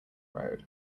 road